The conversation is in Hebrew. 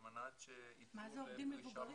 על מנת שייצאו --- מה זה עובדים מבוגרים?